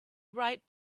right